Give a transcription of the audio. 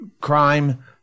crime